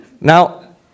Now